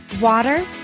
water